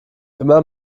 immer